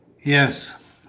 yes